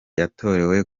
yatorewe